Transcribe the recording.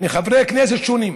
מחברי כנסת שונים: